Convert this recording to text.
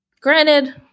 Granted